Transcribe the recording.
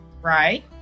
Right